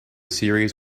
series